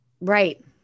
Right